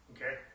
Okay